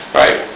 right